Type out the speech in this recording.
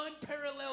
unparalleled